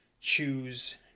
choose